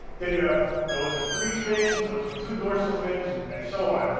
then you have those with three fins, those with two dorsal fins, and and so on.